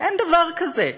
אין דבר כזה.